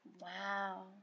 Wow